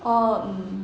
orh mm